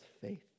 faith